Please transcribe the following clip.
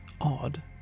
odd